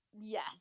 Yes